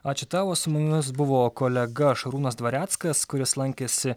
ačiū tau o su mumis buvo kolega šarūnas dvareckas kuris lankėsi